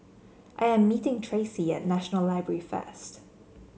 I am meeting Tracee at National Library first